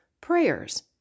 prayers